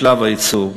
בשלב הייצור,